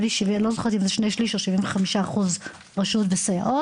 לא זוכרת אם זה שני שליש או 75% רשות וסייעות.